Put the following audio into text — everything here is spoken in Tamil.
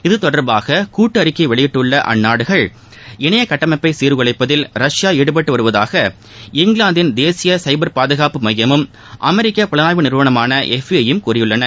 இத்தொடர்பாக கூட்டறிக்கை வெளியிட்டுள்ள அந்நாடுகள் இணைய கட்டமைப்பை சீர்குலைப்பதில் ரஷ்யா ஈடுபட்டு வருவதாக இங்கிவாந்தின் தேசிய சைபர் பாதுகாப்பு மையமும் அமெரிக்க புலனாய்வு நிறுவனமான எஃப் பி ஐயும் கூறியுள்ளன